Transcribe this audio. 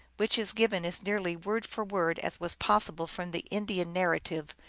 which is given as nearly word for word as was possible from the indian narrative,